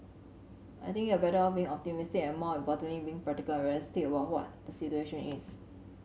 I think you're better off being optimistic and more importantly being practical and realistic about what the situation is